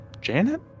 Janet